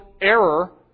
error